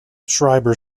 schreiber